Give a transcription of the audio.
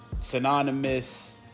synonymous